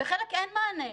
לחלק אין מענה.